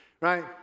right